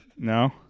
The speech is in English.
No